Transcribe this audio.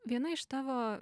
viena iš tavo